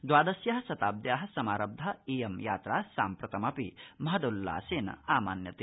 द्वादश्या शताब्दा समारव्धा इयं यात्रा साम्प्रतमपि महदुल्लासेन आमान्यते